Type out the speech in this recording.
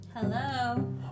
Hello